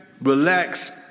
relax